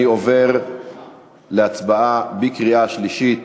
אני עובר להצבעה בקריאה שלישית